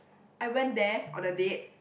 I went there on a date